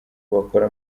bakora